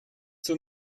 zur